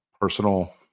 personal